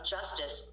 Justice